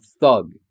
thug